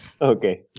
Okay